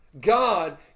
God